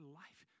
life